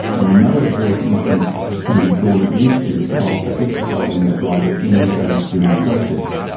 and no adverse inference can be drawn against you at trial for exercising that right at any stage during the process.